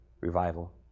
Revival